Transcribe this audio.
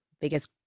biggest